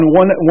one